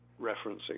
referencing